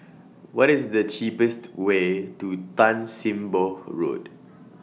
What IS The cheapest Way to Tan SIM Boh Road